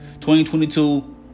2022